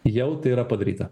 jau tai yra padaryta